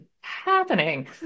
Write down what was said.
happening